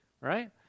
right